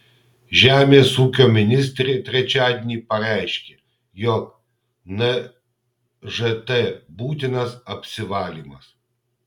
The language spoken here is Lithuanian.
žemės ūkio ministrė trečiadienį pareiškė jog nžt būtinas apsivalymas